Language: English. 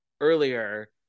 earlier